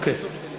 אוקיי,